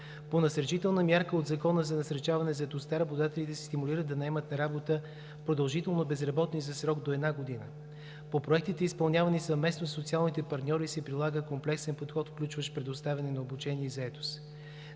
По насърчителна мярка от Закона за насърчаване на заетостта работодателите се стимулират да наемат на работа продължително безработни за срок до една година. По проектите, изпълнявани съвместно със социалните партньори, се прилага комплексен подход, включващ предоставяне на обучение и заетост.